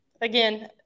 again